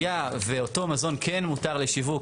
היה ואותו מזון כן מותר לשיווק,